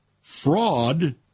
Fraud